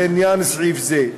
לעניין סעיף זה,